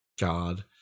God